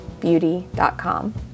beauty.com